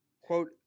Quote